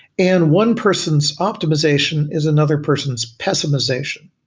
and one person's optimization is another person's pessimization.